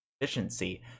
efficiency